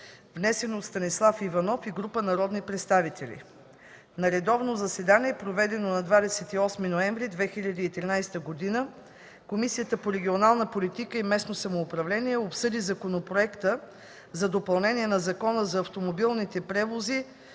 внесен от Станислав Иванов и група народни представители На редовно заседание, проведено на 28 ноември 2013 г., Комисията по регионална политика и местно самоуправление обсъди Законопроекта за допълнение на Закона за автомобилните превози,